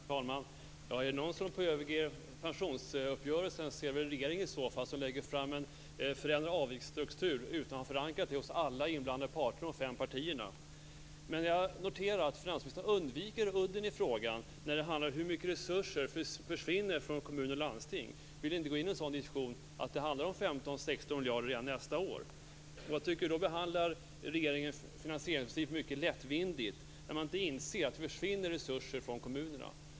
Herr talman! Är det någon som håller på att överge pensionsuppgörelsen är det väl i så fall regeringen, som lägger fram en förändrad avgiftsstruktur utan att ha förankrat detta hos alla de inblandade parterna, de fem partierna. Jag noterar att finansministern undviker udden i frågan när det handlar om hur mycket resurser som försvinner från kommuner och landsting. Han vill inte gå in i någon diskussion om att det handlar om 15-16 miljarder redan nästa år. Jag tycker att regeringen behandlar finansieringsprincipen mycket lättvindigt när man inte inser att det försvinner resurser från kommunerna.